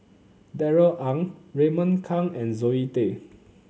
Darrell Ang Raymond Kang and Zoe Tay